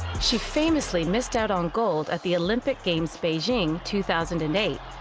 she famously missed out on gold at the olympic games, beijing two thousand and eight,